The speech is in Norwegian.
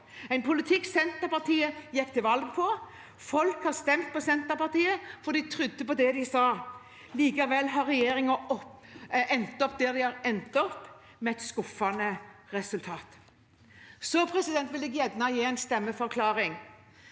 en politikk Senterpartiet gikk til valg på, og folk har stemt på Senterpartiet, for de trodde på det de sa. Likevel har regjeringen endt opp der de har endt opp, med et skuffende resultat. Så vil jeg gjerne gi en stemmeforklaring.